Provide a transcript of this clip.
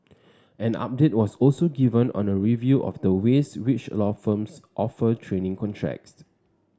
an update was also given on a review of the ways which law firms offer training contracts